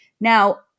Now